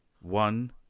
one